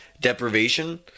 deprivation